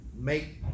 make